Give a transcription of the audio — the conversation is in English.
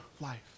life